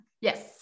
Yes